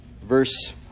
verse